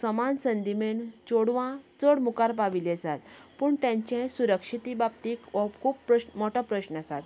समान संदी मेळन चेडवां चड मुखार पाविल्लीं आसात पूण तांचे सुरक्षीती बाबतींत हो खूब प्रश्न मोठो प्रस्न आसा